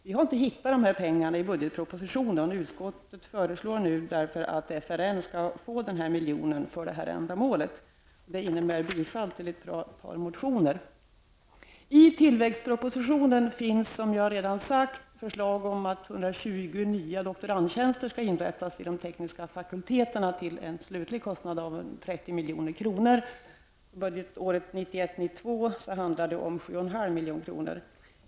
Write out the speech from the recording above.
Några pengar för detta har vi inte hittat i budgetpropositionen. Utskottet föreslår därför att FRN skall tillföras 1 milj.kr. för detta ändamål. Det innebär bifall till ett par motioner. I tillväxtpropositionen finns, som jag redan sagt, förslag om att 120 nya doktorandtjänster skall inrättas vid de tekniska fakulteterna till en slutlig kostnad av 30 milj.kr. För budgetåret 1991/92 handlar det om 7,5 milj.kr.